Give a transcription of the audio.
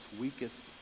weakest